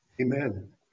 Amen